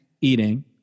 eating